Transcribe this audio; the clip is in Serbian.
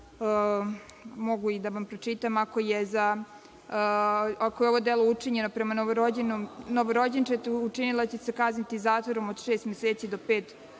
mogu i da vam pročitam: „Ako je ovo delo učinjeno prema novorođenčetu, učinilac će se kazniti zatvorom od šest meseci